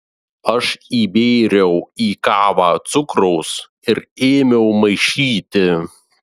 aš įbėriau į kavą cukraus ir ėmiau maišyti